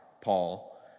Paul